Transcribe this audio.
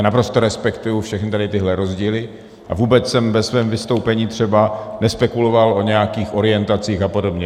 Naprosto respektuji všechny tyhle rozdíly a vůbec jsem ve svém vystoupení třeba nespekuloval o nějakých orientacích a podobně.